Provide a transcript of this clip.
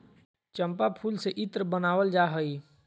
चम्पा फूल से इत्र बनावल जा हइ